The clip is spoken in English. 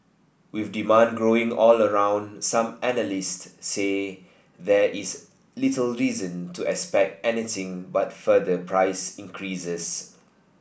with demand growing all around some analyst say there is little reason to expect anything but further price increases